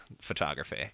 photography